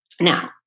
Now